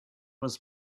was